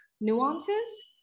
Nuances